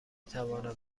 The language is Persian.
توانم